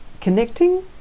connecting